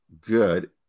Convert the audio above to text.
good